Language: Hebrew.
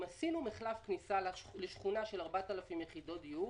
אם עשינו מחלף כניסה לשכונה של 4,000 יחידות דיור